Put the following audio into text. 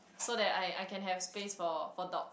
so that I I can have space for for dogs